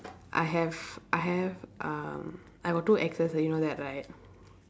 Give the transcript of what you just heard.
I have I have um I got two exes ah you know that right